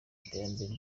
iterambere